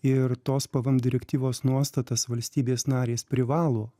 ir tos pvm direktyvos nuostatas valstybės narės privalo